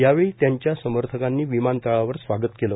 यावेळी त्यांच्या समर्थकांनी विमानतळावर स्वागत केलं